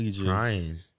crying